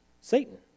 Satan